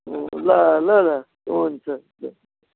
ल ल ल हुन्छ